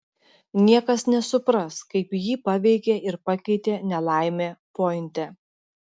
niekas nesupras kaip jį paveikė ir pakeitė nelaimė pointe